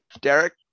Derek